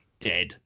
Dead